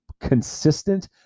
consistent